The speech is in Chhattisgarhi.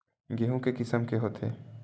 गेहूं के किसम के होथे?